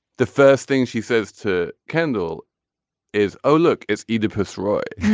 the first thing she says to kendall is oh look it's oedipus roy